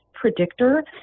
predictor